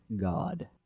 God